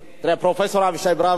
פרופסור אבישי ברוורמן,